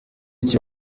iki